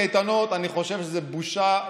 חינוך זה קטן, אני חוזר שוב: